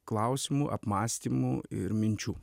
klausimų apmąstymų ir minčių